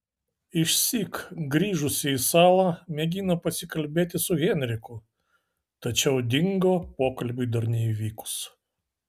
išsyk grįžusi į salą mėgino pasikalbėti su henriku tačiau dingo pokalbiui dar neįvykus